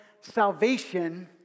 salvation